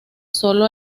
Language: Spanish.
solo